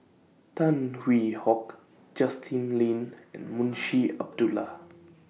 Tan Hwee Hock Justin Lean and Munshi Abdullah